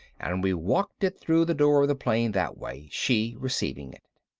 and we walked it through the door of the plane that way, she receiving it.